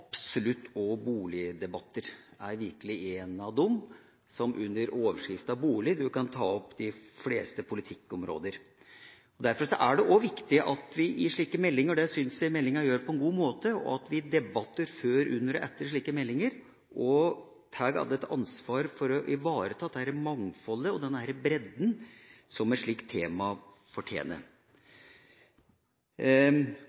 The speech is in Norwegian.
absolutt også boligdebatter, som virkelig er blant dem. Under overskriften «bolig» kan en ta opp de fleste politikkområder. Derfor er det også viktig at vi i slike meldinger og i debatter før, under og etter at slike meldinger blir lagt fram, også tar ansvar for å ivareta dette mangfoldet og den bredden som et slikt tema fortjener – og det syns jeg meldinga gjør på en god måte. Slik sett – bare for å